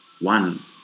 one